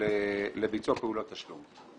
לביצוע פעולות תשלום.